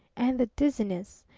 and the dizziness,